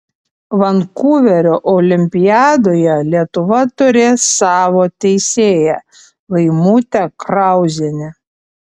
vankuverio olimpiadoje lietuva turės savo teisėją laimutę krauzienę